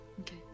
Okay